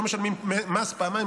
לא משלמים מס פעמיים,